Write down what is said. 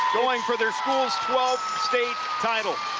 going for their school's twelfth state title.